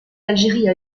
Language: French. l’algérie